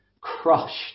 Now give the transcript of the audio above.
crushed